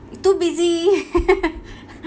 too busy